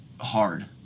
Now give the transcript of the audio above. hard